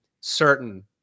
certain